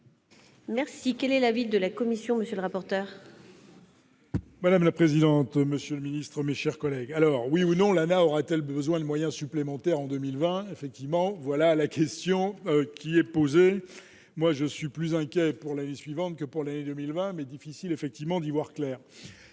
Merci, quelle est la ville de la commission, monsieur le rapporteur. Madame la présidente, monsieur le ministre, mes chers collègues, alors oui ou non l'Anaes aura-t-elle besoin de moyens supplémentaires en 2020 effectivement, voilà la question qui est posée, moi je suis plus inquiet pour l'année suivante que pour l'année 2020, mais difficile effectivement d'y voir clair